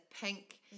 pink